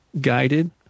guided